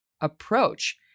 approach